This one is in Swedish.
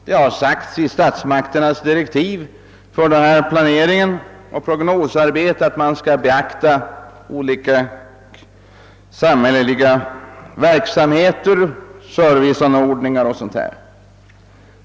Det har sagts i statsmakternas direktiv för denna planering och detta prognosarbete, att man skall beakta olika samhälleliga verksamheter, serviceanordningar och sådant.